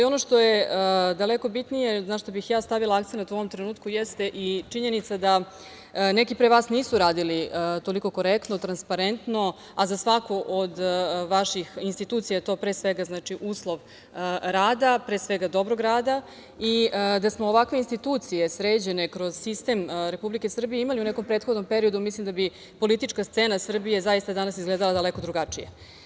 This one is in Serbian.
Ono što je daleko bitnije, na šta bih ja stavila akcenat u ovom trenutku, jeste i činjenica da neki pre vas nisu radili toliko korektno, transparentno, a za svaku od vaših institucija, to pre svega znači uslov rada, pre svega dobrog rada i da smo ovakve institucije sređene kroz sistem Republike Srbije imali u nekom prethodnom periodu mislim da bi politička scena Srbije zaista danas izgledala daleko drugačije.